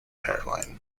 airline